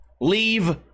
leave